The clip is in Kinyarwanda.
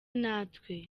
natwe